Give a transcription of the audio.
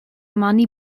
money